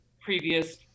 previous